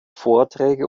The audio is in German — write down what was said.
vorträge